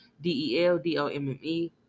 d-e-l-d-o-m-m-e